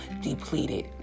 depleted